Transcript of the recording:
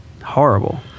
Horrible